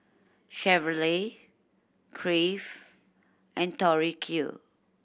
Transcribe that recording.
Chevrolet Crave and Tori Q